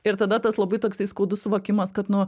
ir tada tas labai toksai skaudus suvokimas kad nu